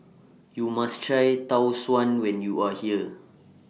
YOU must Try Tau Suan when YOU Are here